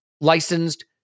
licensed